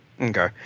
Okay